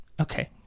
Okay